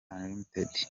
unlimited